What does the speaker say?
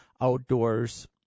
Outdoors